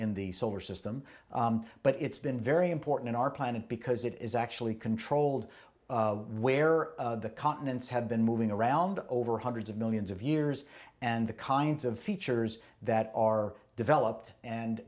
the solar system but it's been very important in our planet because it is actually controlled where the continents have been moving around over hundreds of millions of years and the kinds of features that are developed and